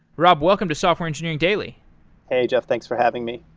rob, welcome to software engineering daily hey jeff, thanks for having me.